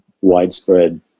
widespread